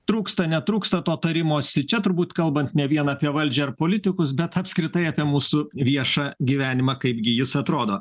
trūksta netrūksta to tarimosi čia turbūt kalbant ne vien apie valdžią ar politikus bet apskritai apie mūsų viešą gyvenimą kaipgi jis atrodo